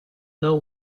know